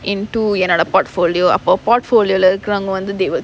into என்னோட:ennoda portfolio அப்போ:appo portfolio lah இருக்குறவங்க வந்து:irukkaravanga vanthu they will